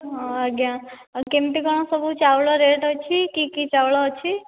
ହଁ ଆଜ୍ଞା କେମିତି ଆଉ କ'ଣ ସବୁ ଚାଉଳ ରେଟ୍ ଅଛି କି କି ଚାଉଳ ଅଛି